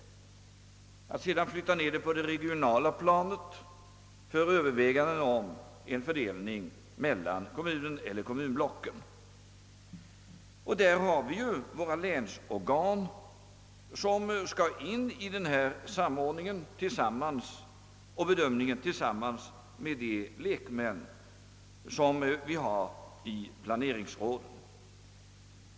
Sedan får bedömningen flyttas ned på det regionala planet för över Vi har ju våra länsorgan som skall sköta samordningen och bedömningen tillsammans med de lekmän som vi har i planeringsråden.